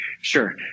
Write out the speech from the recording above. Sure